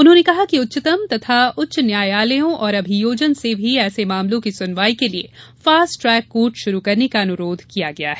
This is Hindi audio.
उन्होंने कहा कि उच्चतम एवं उच्च न्यायालयों और अभियोजन से भी ऐसे मामलों की सुनवाई के लिये फास्ट ट्रैक कोर्ट शुरू करने का अनुरोध किया गया है